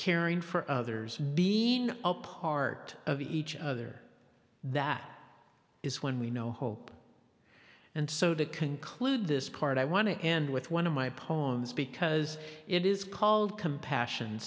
caring for others being a part of each other that is when we know hope and so to conclude this part i want to end with one of my poems because it is called compassion